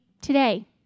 today